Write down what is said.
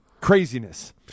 Craziness